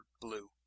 Blue